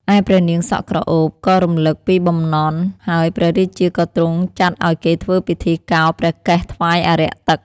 ឯព្រះនាងសក់ក្រអូបក៏រំលឹកពីបំណន់ ហើយព្រះរាជាក៏ទ្រង់ចាត់ឱ្យគេធ្វើពិធីកោរព្រះកេសថ្វាយអារក្សទឹក។